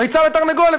ביצה ותרנגולת.